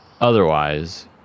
otherwise